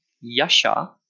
Yasha